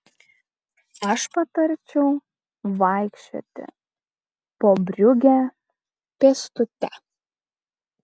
aš patarčiau vaikščioti po briugę pėstute